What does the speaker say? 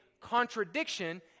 contradiction